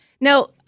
Now